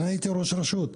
אני הייתי ראש רשות.